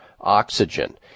oxygen